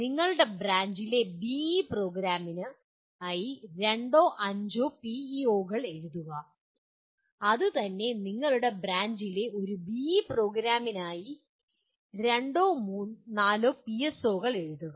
നിങ്ങളുടെ ബ്രാഞ്ചിലെ ഒരു ബിഇ പ്രോഗ്രാമിനായി രണ്ടോ അഞ്ചോ പിഇഒകൾ എഴുതുക അതുപോലെ തന്നെ നിങ്ങളുടെ ബ്രാഞ്ചിലെ ഒരു BE പ്രോഗ്രാമിനായി രണ്ടോ നാലോ പിഎസ്ഒകൾ എഴുതുക